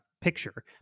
picture